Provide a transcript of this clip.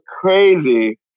crazy